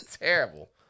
Terrible